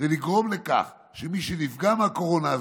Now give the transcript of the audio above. לגרום לכך שמי שנפגע מהקורונה הזאת,